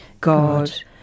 God